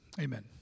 Amen